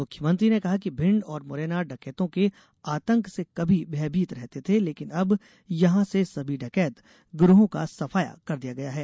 मुख्यमंत्री ने कहा कि भिण्ड और मुरैना डकैतों के आतंक से कभी भयभीत रहते थें लेकिन अब यहां से सभी डकैत गिरोंहो का सफाया कर दिया गया है